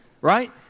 right